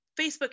Facebook